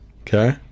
Okay